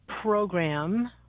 program